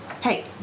Hey